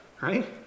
right